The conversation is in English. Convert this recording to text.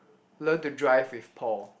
learn to drive with Paul